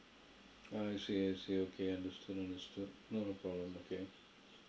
I see I see okay understood understood no no problem okay